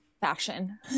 fashion